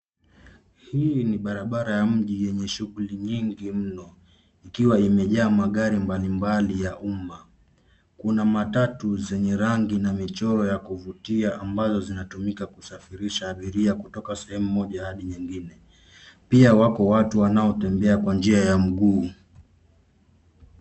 Hili ni barabara ya mji yenye shughuli nyingi mno. Ikiwa imejaa magari mbalimbali ya umma. Kuna matatu zenye rangi na michoro ya kuvutia ambazo zinatumika kusafirisha abiria kutoka sehemu moja hadi nyingine. Pia wako watu wanaotembea kwa njia ya mguu.